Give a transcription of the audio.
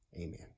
amen